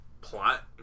plot